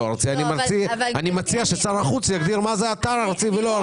ארצי אני מציע ששר החוץ יגדיר מה זה אתר ארצי ולא ארצי.